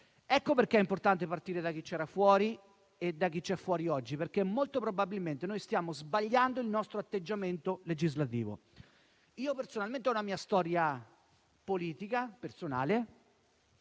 Ecco perché è importante partire da chi c'era fuori allora e da chi c'è fuori oggi, perché molto probabilmente stiamo sbagliando il nostro atteggiamento legislativo. Io personalmente ho una mia storia politica, breve